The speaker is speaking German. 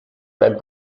beim